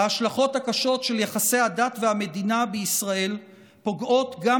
ההשלכות הקשות של יחסי הדת והמדינה בישראל פוגעות גם